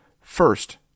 first